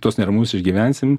tuos neramumus išgyvensim